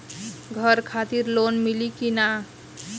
घर खातिर लोन मिली कि ना?